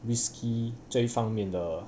risky 这一方面的